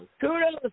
kudos